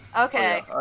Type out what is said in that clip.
Okay